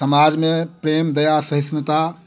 समाज में प्रेम दया सहिष्णुता